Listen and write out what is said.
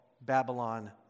Babylon